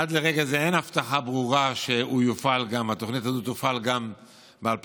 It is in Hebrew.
עד לרגע זה אין הבטחה ברורה שהתוכנית הזאת תופעל גם ב-2020,